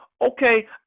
Okay